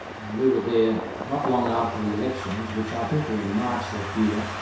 and we were there not long after the elections, which i think were in march that year,